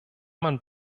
man